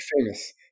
famous